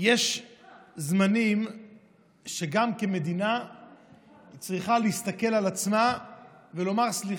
יש זמנים שגם מדינה צריכה להסתכל על עצמה ולומר סליחה.